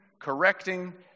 correcting